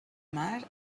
mar